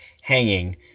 hanging